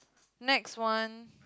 next one